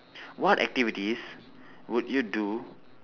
what activities would you do